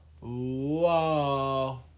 Whoa